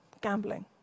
gambling